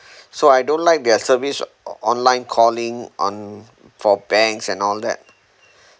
so I don't like their service online calling on for banks and all that